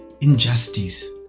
injustice